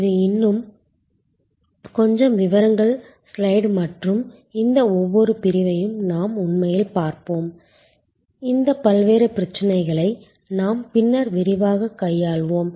இது இன்னும் கொஞ்சம் விவரங்கள் ஸ்லைடு மற்றும் இந்த ஒவ்வொரு பிரிவையும் நாம் உண்மையில் பார்ப்போம் இந்த பல்வேறு பிரச்சினைகளை நாம் பின்னர் விரிவாகக் கையாள்வோம்